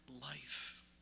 life